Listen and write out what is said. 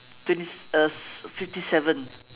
twenty uh fifty seven